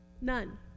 None